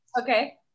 okay